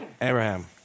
Abraham